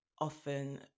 often